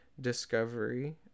discovery